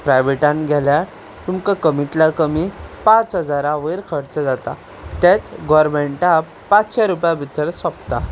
प्रायवेटान गेल्यार तुमकां कमींतल्या कमी पांच हजारा वयर खर्च जाता तेंच गव्हर्नमेंटाक पांचशें रुपया भितर सोंपता